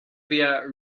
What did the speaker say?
via